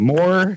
More